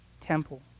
temple